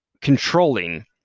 controlling